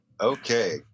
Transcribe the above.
Okay